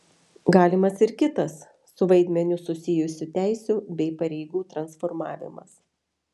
galimas ir kitas su vaidmeniu susijusių teisių bei pareigų transformavimas